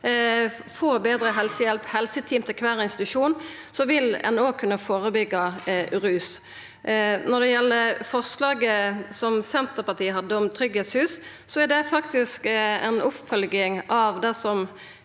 no, og få betre helsehjelp og helseteam til kvar institusjon – då vil ein òg kunna førebyggja rus. Når det gjeld forslaget som Senterpartiet hadde om tryggleikshus, er det faktisk ei oppfølging av det som